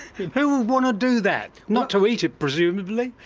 who would want to do that? not to eat it presumably?